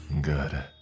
Good